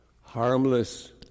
harmless